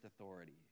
authority